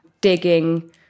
digging